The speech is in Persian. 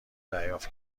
دریافت